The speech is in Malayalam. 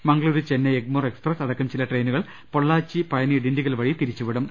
മംഗളൂരു ചെന്നൈ എഗ്മോർ എക്സ്പ്രസ് അടക്കം ചില ട്രെയി നുകൾ പൊള്ളാച്ചി പഴനി ഡിണ്ടിഗൽ വഴി തിരിച്ചു വിടും